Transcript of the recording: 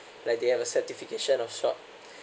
like they have a certification of shop